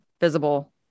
visible